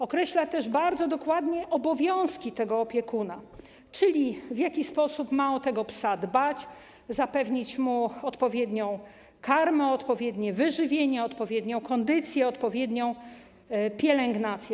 Określa też bardzo dokładnie obowiązki tego opiekuna, czyli to, w jaki sposób ma o tego psa dbać, zapewnić mu odpowiednią karmę, odpowiednie wyżywienie, odpowiednią kondycję, odpowiednią pielęgnację.